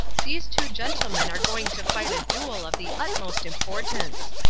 these two gentlemen are going to fight a duel of the utmost importance.